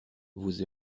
vous